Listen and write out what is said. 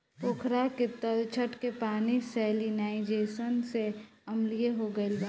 पोखरा के तलछट के पानी सैलिनाइज़ेशन से अम्लीय हो गईल बा